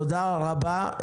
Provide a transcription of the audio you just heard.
תודה רבה.